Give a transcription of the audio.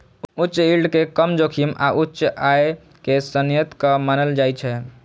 उच्च यील्ड कें कम जोखिम आ उच्च आय के संकेतक मानल जाइ छै